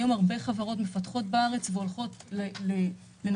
היום הרבה חברות מפתחות בארץ והולכות לנסות